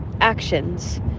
actions